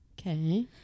okay